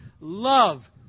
love